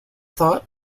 thought